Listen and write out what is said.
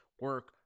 Work